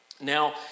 Now